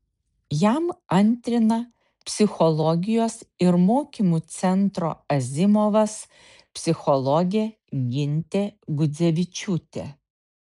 jam antrina psichologijos ir mokymų centro azimovas psichologė gintė gudzevičiūtė